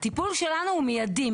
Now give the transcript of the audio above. הטיפול שלנו הוא מיידי.